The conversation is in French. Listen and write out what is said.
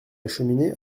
cheminée